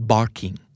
Barking